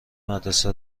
مدرسه